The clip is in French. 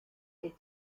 est